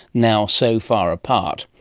now so far apart.